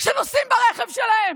שנוסעים ברכב שלהם